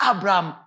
Abraham